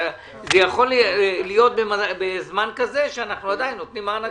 וזה יכול להיות בזמן כזה שאנחנו עדיין נותנים מענקים.